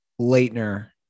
Leitner